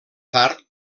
tard